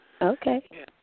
Okay